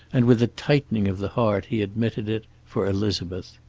and, with a tightening of the heart he admitted it, for elizabeth.